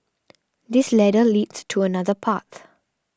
this ladder leads to another path